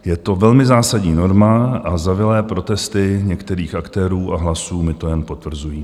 Je to velmi zásadní norma a zavilé protesty některých aktérů a hlasů to jen potvrzují.